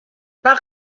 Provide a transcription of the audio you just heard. par